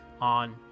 on